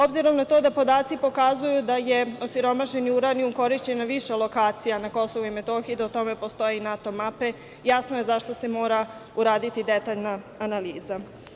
Obzirom na to da podaci pokazuju da je osiromašeni uranijum korišćen na više lokacija na Kosovu i Metohiji, da o tome postoje i NATO mape, jasno je zašto se mora uraditi detaljna analiza.